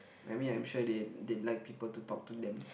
I mean I'm sure they they like people to talk to them